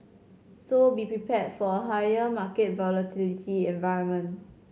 so be prepared for a higher market volatility environment